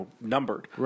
numbered